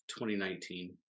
2019